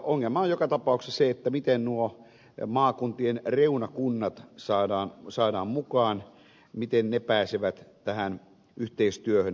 ongelma on joka tapauksessa se miten nuo maakuntien reunakunnat saadaan mukaan miten ne pääsevät tähän yhteistyöhön matkaan